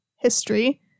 history